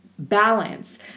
Balance